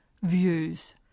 views